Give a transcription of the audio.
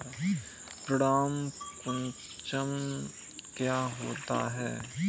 पर्ण कुंचन क्या होता है?